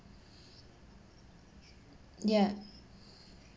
yeah